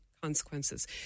consequences